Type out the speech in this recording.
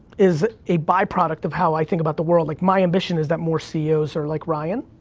is a byproduct of how i think about the world. like, my ambition is that more ceos are like ryan,